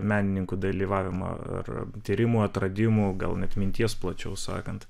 menininkų dalyvavimą ir tyrimų atradimų gal net minties plačiau sakant